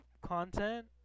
content